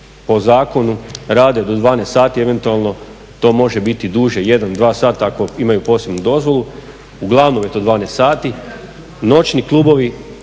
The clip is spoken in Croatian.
po zakonu rade do 12 sati, eventualno to može biti duže jedan, dva sata ako imaju posebnu dozvolu uglavnom je to 12 sati, noćni klubovi